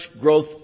growth